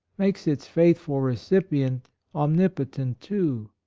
makes its faithful recipient omnipo tent too,